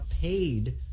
paid